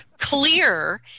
clear